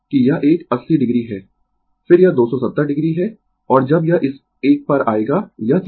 कि यह एक 80 o है फिर यह 270 o है और जब यह इस एक पर आएगा यह 360 o है